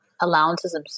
allowances